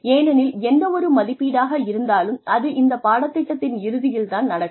ஏனெனில் எந்தவொரு மதிப்பீடாக இருந்தாலும் அது இந்த பாடத்திட்டத்தின் இறுதியில் தான் நடக்கும்